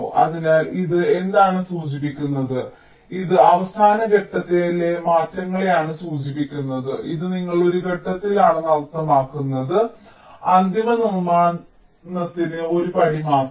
അതിനാൽ ഇത് എന്താണ് സൂചിപ്പിക്കുന്നത് ഇത് അവസാന ഘട്ടത്തിലെ മാറ്റങ്ങളെയാണ് സൂചിപ്പിക്കുന്നത് ഇത് നിങ്ങൾ ഒരു ഘട്ടത്തിലാണെന്ന് അർത്ഥമാക്കുന്നു ഇത് അന്തിമ നിർമ്മാണത്തിന് ഒരു പടി മാത്രം